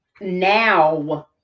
now